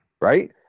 right